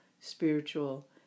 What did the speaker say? spiritual